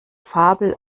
fabel